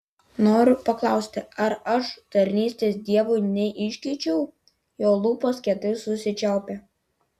nori paklausti ar aš tarnystės dievui neiškeičiau jo lūpos kietai susičiaupia